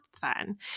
fun